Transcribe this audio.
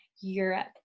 Europe